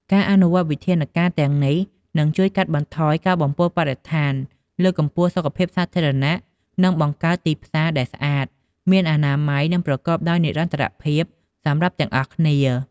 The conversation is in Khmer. ការអនុវត្តន៍វិធានការទាំងនេះនឹងជួយកាត់បន្ថយការបំពុលបរិស្ថាន លើកកម្ពស់សុខភាពសាធារណៈ និងបង្កើតទីផ្សារដែលស្អាត មានអនាម័យ និងប្រកបដោយនិរន្តរភាពសម្រាប់ទាំងអស់គ្នា។